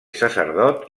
sacerdot